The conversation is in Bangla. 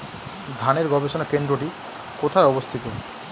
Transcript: ধানের গবষণা কেন্দ্রটি কোথায় অবস্থিত?